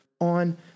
on